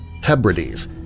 Hebrides